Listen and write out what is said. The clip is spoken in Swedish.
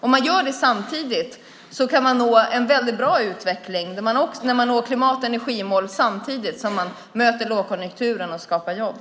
Om man gör det samtidigt kan man få en väldigt bra utveckling där man når klimat och energimål samtidigt som man möter lågkonjunkturen och skapar jobb.